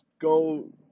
go